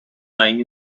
lying